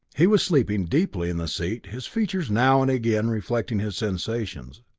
he was sleeping deeply in the seat, his features now and again reflecting his sensations.